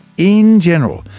in general,